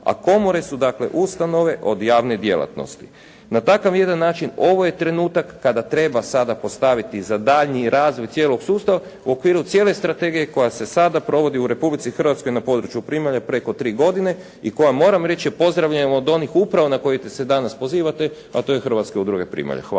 a komore su dakle ustanove od javne djelatnosti. Na takav jedan način ovo je trenutak kada treba sada postaviti za daljini razvoj cijelog sustava u okviru cijele strategije koja se sada provodi u Republici Hrvatskoj na području primalje preko tri godine i koja moram reći je pozdravljeno od onih koji upravo na koji se danas pozivate, a to je Hrvatska udruga primalja. Hvala.